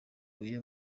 muri